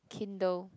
kindle